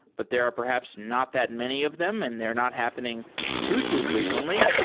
but there are perhaps not that many of them and they're not happening too too frequently.